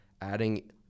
adding